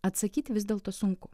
atsakyti vis dėlto sunku